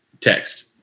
text